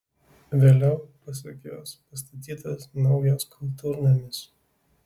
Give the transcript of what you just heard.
vėliau pasak jos pastatytas naujas kultūrnamis